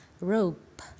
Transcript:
rope